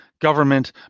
government